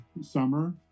summer